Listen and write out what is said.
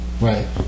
Right